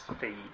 feed